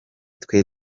twe